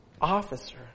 officer